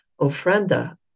ofrenda